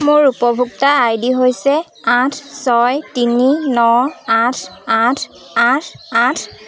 মোৰ উপভোক্তা I D হৈছে আঠ ছয় তিনি ন আঠ আঠ আঠ আঠ